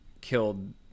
killed